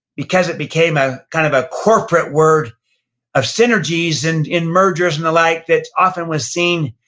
because it became ah kind of a corporate word of synergies and in mergers and the like, that often was seen,